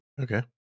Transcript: Okay